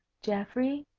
geoffrey,